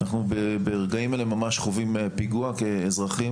אנחנו ברגעים אלה ממש חווים פיגוע כאזרחים,